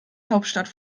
hauptstadt